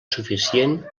suficient